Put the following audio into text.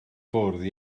fwrdd